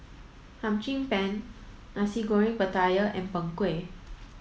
Hum Chim Peng Nasi Goreng Pattaya and Png Kueh